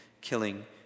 killing